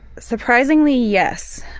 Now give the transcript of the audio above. surprisingly, yes.